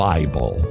Bible